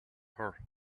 her